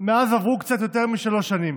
מאז עברו קצת יותר משלוש שנים